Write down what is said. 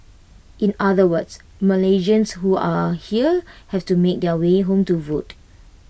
in other words Malaysians who are here have to make their way home to vote